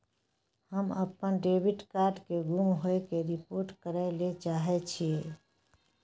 हम अपन debit card के गुम होय के रिपोर्ट करय ले चाहय छियै